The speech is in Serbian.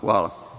Hvala.